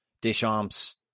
Deschamps